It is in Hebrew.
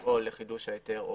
לפעול לחידוש ההיתר.